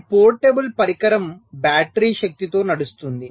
ఈ పోర్టబుల్ పరికరం బ్యాటరీ శక్తితో నడుస్తుంది